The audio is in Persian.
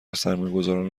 سرمایهگذاران